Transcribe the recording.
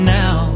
now